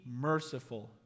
merciful